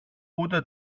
ούτε